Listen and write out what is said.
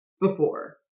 Before